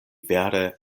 vere